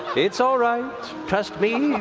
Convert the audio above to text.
it's all right. trust me,